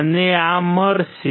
મને આ મળશે